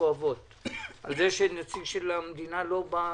והכואבות על כך שנציג של המדינה לא הגיע